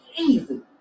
Easy